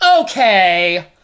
okay